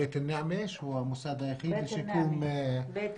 רק את 'בית אלנעמה' שהוא המוסד היחיד לשיקום אסירים